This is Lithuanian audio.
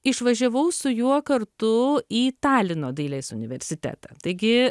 išvažiavau su juo kartu į talino dailės universitetą taigi